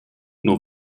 nur